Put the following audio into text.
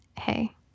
hey